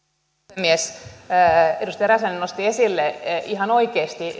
puhemies edustaja räsänen nosti esille että ihan oikeasti